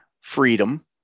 freedom